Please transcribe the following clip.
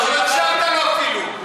אתה לא הקשבת לו אפילו.